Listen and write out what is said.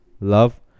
love